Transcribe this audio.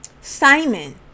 Simon